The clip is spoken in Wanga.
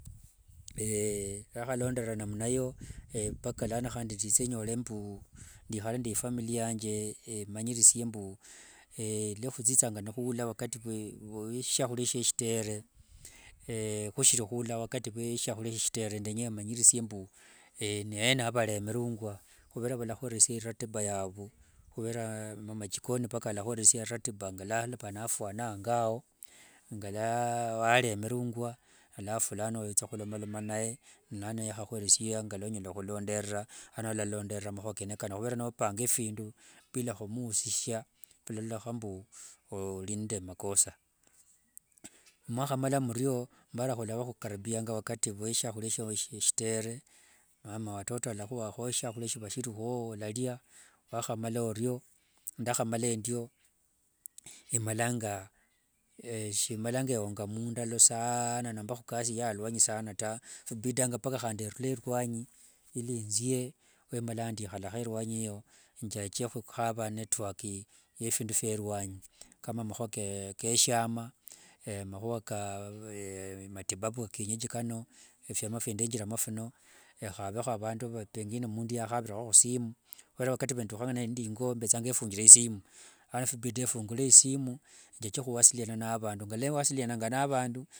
ndahalonderera namna iyo mpaka handi nditse nyole mbu ndihale nde ifamili yanje emanyirisie mbu ngalwahuchichanga nihuula wakati vwa shyahuria shya shitere hushiri huula wakati vwa shyahuria shya shitere ndenya emanyirisie mbu niyena avaremurungwa. Huvera valahweresia iratiba yavu huvera mama jikoni mpaka alahweresia iratiba ngalwa ava nafwana ango ao, ngalwa waremurungwa, alafu lano wetsohulomaloma nae lano ahweresie ngalwa onyala hulonderera lano olalonderera mahua kene kano huvera nopanga efindu bila humuusishya vilaloloha mbu ori nde makosa. Mwahamala muryo mbara hulava hukaribianga wakati vwa shyahuria shya shitere mama watoto alahuwaho shyahuria shiva shiruo walaria, hwahamala oryo, ndahamala endiyo, shimalanga eonga mundalo saana nomba hukasi ya alwanyi sana taa, vibidanga mpaka handi erule erwanyi ili nziye wemalanga nzihala erwanyi eyo njake huhava network ya findu fya rwanyi kama mahua keshiama, mahuwa ka matibabu ka kiyenyeji kano, efyama fya ndengiramo fino, ehaveho avandu va pengine mundu yahavireho husimu, huvera wakati vwa ndehunga nindi ingo mbetsanga efungire isimu lano fibida efungule isimu njake hwasiliwana na avandu ngalwa ewasiliana na avandu.